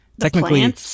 technically